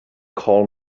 call